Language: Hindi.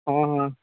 हाँ हाँ